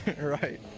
Right